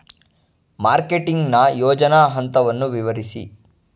Marketing ನ ಯೋಜನಾ ಹಂತವನ್ನು ವಿವರಿಸಿ?